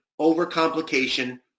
overcomplication